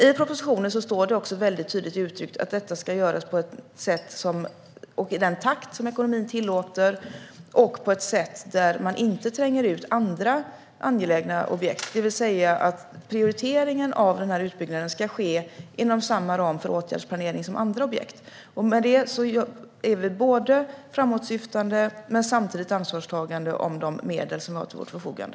I propositionen står det också mycket tydligt uttryckt att detta ska göras i den takt som ekonomin tillåter och på ett sätt så att man inte tränger ut andra angelägna objekt, det vill säga att prioriteringen av den här utbyggnaden ska ske inom samma ram för åtgärdsplanering som andra objekt. Med det är vi både framåtsyftande och samtidigt ansvarstagande när det gäller de medel som vi har till vårt förfogande.